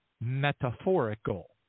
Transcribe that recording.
metaphorical